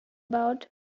about